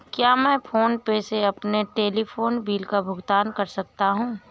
क्या मैं PhonePe से अपने टेलीफोन बिल का भुगतान कर सकता हूँ?